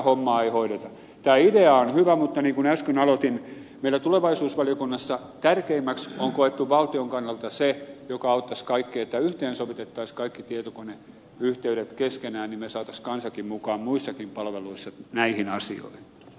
tämä idea on hyvä mutta niin kuin äsken aloitin meillä tulevaisuusvaliokunnassa tärkeimmäksi on koettu valtion kannalta se joka auttaisi kaikkeen että yhteensovitettaisiin kaikki tietokoneyhteydet keskenään niin että me saisimme kansankin mukaan muissakin palveluissa näihin asioihin